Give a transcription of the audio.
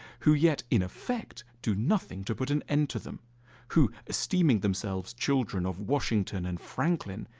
who yet in effect do nothing to put an end to them who, esteeming themselves children of washington and franklin,